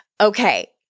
Okay